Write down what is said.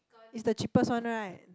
is the cheapest one right